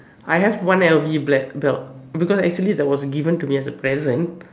I have one L_V ble belt because actually it was given to me as a present